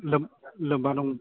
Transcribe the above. लोब्बा दं